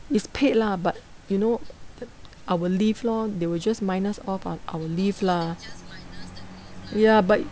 is paid lah but you know our leave lor they were just minus off on our leave lah ya but